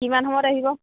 কিমান সময়ত আহিব